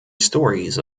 stories